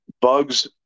bugs